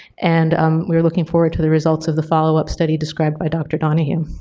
and um we are looking forward to the results of the follow-up study described by dr. donahue.